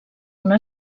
una